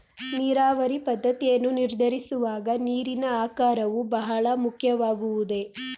ನೀರಾವರಿ ಪದ್ದತಿಯನ್ನು ನಿರ್ಧರಿಸುವಾಗ ನೀರಿನ ಆಕಾರವು ಬಹಳ ಮುಖ್ಯವಾಗುವುದೇ?